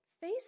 face